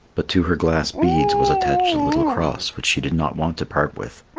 but to her glass beads was attached a little cross which she did not want to part with,